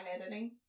editing